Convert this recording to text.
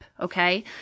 okay